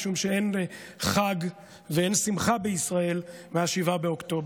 משום שאין חג ואין שמחה בישראל מ-7 באוקטובר,